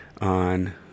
on